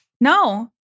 No